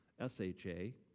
S-H-A